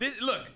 look